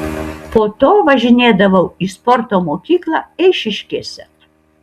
po to važinėdavau į sporto mokyklą eišiškėse